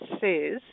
says